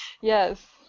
Yes